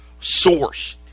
sourced